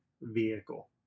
vehicle